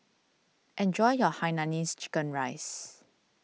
enjoy your Hainanese Chicken Rice